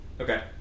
Okay